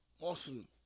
Awesome